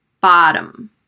Bottom